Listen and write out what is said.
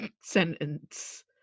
sentence